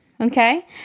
Okay